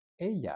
Ella